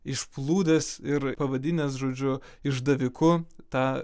išplūdęs ir pavadinęs žodžiu išdaviku tą